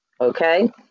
Okay